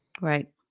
right